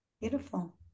beautiful